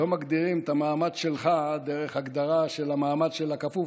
לא מגדירים את המעמד שלך דרך הגדרה של המעמד של הכפוף.